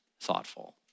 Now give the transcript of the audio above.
thoughtful